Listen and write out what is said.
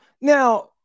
Now